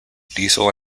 diesel